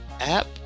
app